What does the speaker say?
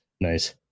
nice